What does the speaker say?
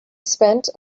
spent